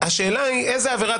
ון- -- הצעתי משהו אחר